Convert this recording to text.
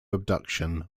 abduction